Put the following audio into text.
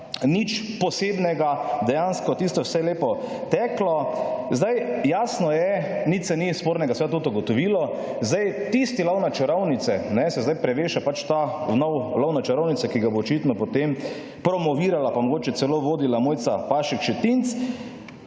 nič posebnega. Dejansko, tisto je vse lepo teklo. Zdaj, jasno je, nič se ni spornega seveda tudi ugotovilo. Zdaj, tisti lov na čarovnice, kajne, se zdaj preveša pač ta nov lov na čarovnice, ki ga bo očitno potem promovirala, pa mogoče celo vodila Mojca Pašek Šetinc